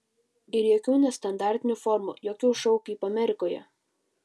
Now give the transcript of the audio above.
ir jokių nestandartinių formų jokių šou kaip amerikoje